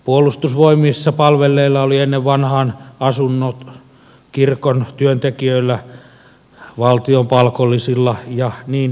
puolustusvoimissa palvelleilla oli ennen vanhaan asunnot kirkon työntekijöillä valtion palkollisilla ja niin edelleen